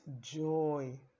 joy